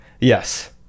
yes